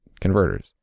converters